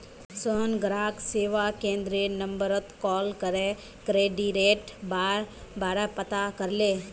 सोहन ग्राहक सेवा केंद्ररेर नंबरत कॉल करे क्रेडिटेर बारा पता करले